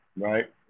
right